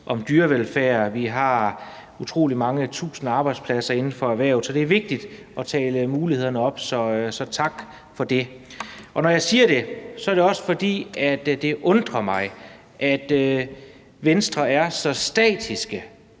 om dyrevelfærd. Vi har utrolig mange tusinde arbejdspladser inden for erhvervet. Det er vigtigt at tale mulighederne op, så tak for det. Når jeg siger det, er det også, fordi det undrer mig, at Venstre er så statiske,